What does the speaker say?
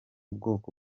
bwoko